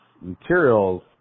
materials